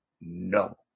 No